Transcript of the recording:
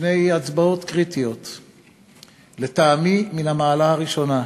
בפני הצבעות קריטיות, לטעמי, מן המעלה הראשונה.